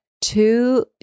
Two